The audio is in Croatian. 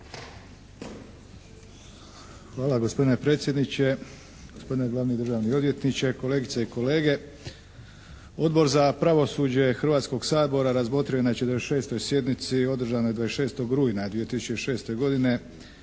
Hvala gospodine predsjedniče. Gospodine glavni državni odvjetniče, kolegice i kolege. Odbor za pravosuđe Hrvatskog sabora razmotrio je na 46. sjednici održanoj 26. rujna 2006. godine